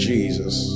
Jesus